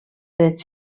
dret